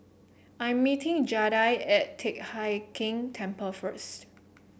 I'm meeting Jaida at Teck Hai Keng Temple first